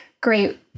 great